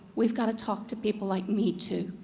we've got to talk to people like me, too.